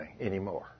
anymore